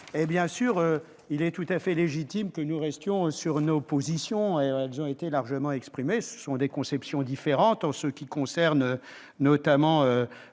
Bien sûr, il est tout à fait légitime que nous restions sur nos positions- elles ont été largement exprimées. Des conceptions différentes s'opposent, concernant notamment